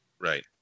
Right